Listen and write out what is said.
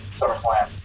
Summerslam